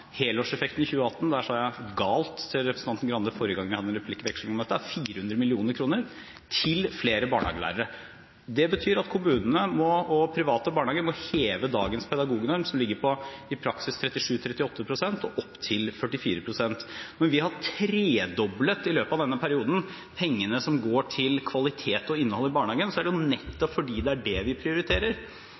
til flere barnehagelærere, og pengene kommer allerede fra høsten av. Det betyr at kommunene og private barnehager må heve dagens pedagognorm, som i praksis ligger på 37–38 pst. og opp til 44 pst. Når vi i løpet av denne perioden har tredoblet pengene som går til kvalitet og innhold i barnehagen, er det nettopp fordi det er det vi prioriterer.